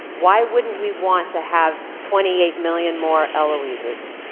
why wouldn't we want to have twenty eight million more eloise's?